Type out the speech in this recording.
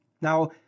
Now